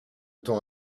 temps